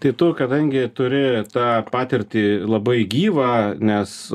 tai tu kadangi turi tą patirtį labai gyvą nes